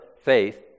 faith